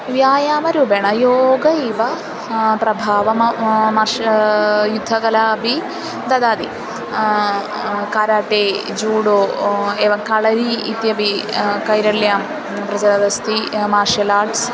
व्यायामरूपेण योग इव प्रभावः मश युद्धकला अपि ददाति काराटे जूडो एवं कळरि इत्यपि केरल्यां प्रचलदस्ति मार्षल् आर्ट्स्